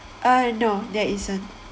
uh no there isn't